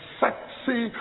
sexy